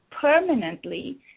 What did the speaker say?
permanently